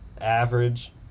average